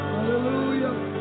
Hallelujah